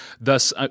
Thus